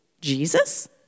Jesus